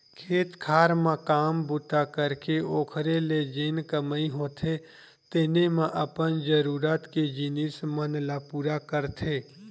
खेत खार म काम बूता करके ओखरे ले जेन कमई होथे तेने म अपन जरुरत के जिनिस मन ल पुरा करथे